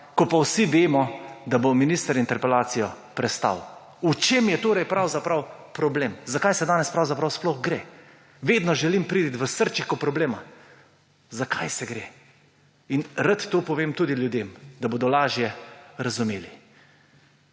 ko pa vsi vemo, da bo minister interpelacijo prestal. V čem je pravzaprav problem? Za kaj danes pravzaprav sploh gre? Vedno želim priti v srčiko problema, za kaj gre. In rad to povem tudi ljudem, da bodo lažje razumeli.